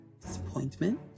disappointment